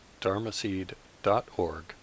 dharmaseed.org